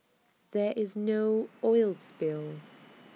there is no oil spill